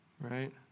right